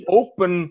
open